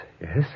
yes